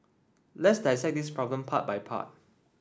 let's dissect this problem part by part